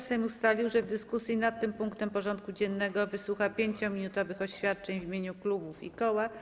Sejm ustalił, że w dyskusji nad tym punktem porządku dziennego wysłucha 5-minutowych oświadczeń w imieniu klubów i koła.